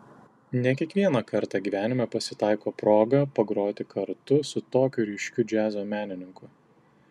ne kiekvieną kartą gyvenime pasitaiko proga pagroti kartu su tokiu ryškiu džiazo menininku